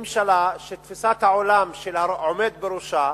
ממשלה שתפיסת העולם של העומד בראשה,